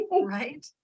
right